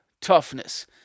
toughness